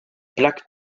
plaques